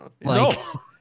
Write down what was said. No